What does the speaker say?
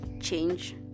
change